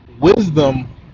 wisdom